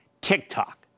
TikTok